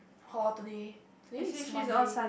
hall today today is Monday